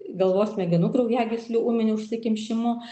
galvos smegenų kraujagyslių ūminiu užsikimšimu